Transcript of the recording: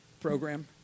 program